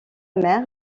mère